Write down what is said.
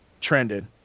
trended